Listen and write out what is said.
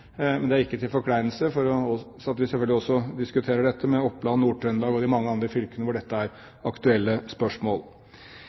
Men det er ikke til forkleinelse for noen, vi skal selvfølgelig også diskutere dette med Oppland, Nord-Trøndelag og de mange andre fylkene hvor dette er